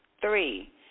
Three